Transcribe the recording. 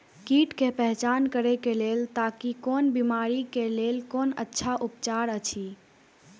कीट के पहचान करे के लेल ताकि कोन बिमारी के लेल कोन अच्छा उपचार अछि?